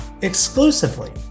exclusively